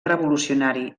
revolucionari